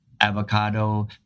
avocado